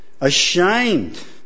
Ashamed